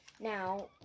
Now